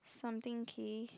something K